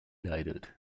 leidet